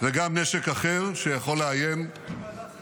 -- וגם נשק אחר שיכול לאיים -- מה עם ועדת חקירה?